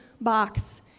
box